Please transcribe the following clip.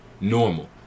normal